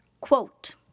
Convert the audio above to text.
Quote